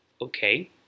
okay